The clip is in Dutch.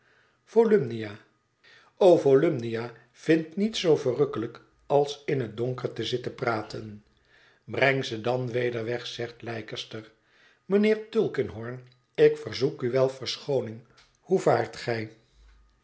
volumnia o volumnia vindt niets zoo verrukkelijk als in het donker te zitten praten brengt ze dan weder weg zegt sir leicester mijnheer tulkinghorn ik verzoek u wel verschooning hoe vaart gij